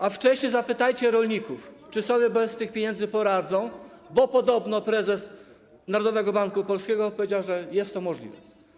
a wcześniej zapytajcie rolników, czy sobie bez tych pieniędzy poradzą, bo podobno prezes Narodowego Banku Polskiego powiedział, że jest to możliwe.